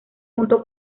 junto